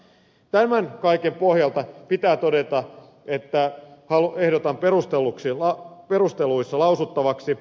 tämän kaiken pohjalta pitää todeta että ehdotan lausumaa